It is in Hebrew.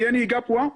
תהיה נהיגה פרועה.